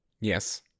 Yes